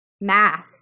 math